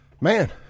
Man